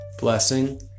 blessing